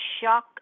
shock